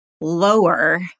lower